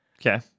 Okay